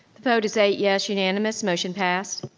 the vote is eight yes, unanimous, motion passed.